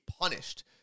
punished